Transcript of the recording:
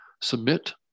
submit